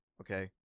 okay